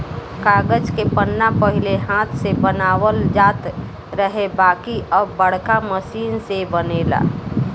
कागज के पन्ना पहिले हाथ से बनावल जात रहे बाकिर अब बाड़का मशीन से बनेला